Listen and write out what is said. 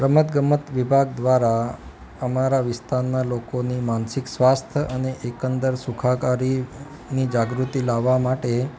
રમત ગમત વિભાગ દ્વારા અમારા વિસ્તારનાં લોકોની માનસિક સ્વાસ્થ્ય અને એકંદર સુખાકારીની જાગૃતિ લાવવા માટે